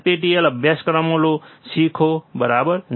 NPTeL અભ્યાસક્રમો લો શીખો બરાબર